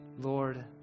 Lord